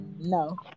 No